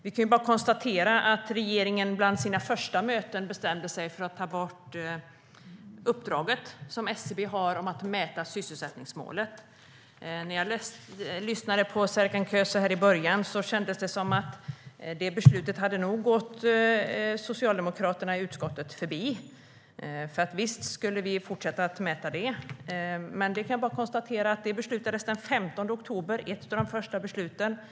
Vi kan bara konstatera att regeringen bland sina första möten bestämde sig för att ta bort det uppdrag som SCB har att mäta sysselsättningsmålet. När jag lyssnade på Serkan Köse här i början kändes det som att det beslutet nog hade gått socialdemokraterna i utskottet förbi. Visst skulle vi fortsätta att mäta det, lät det som. Men jag kan bara konstatera att detta beslutades den 15 oktober. Det var ett av de första beslut regeringen fattade.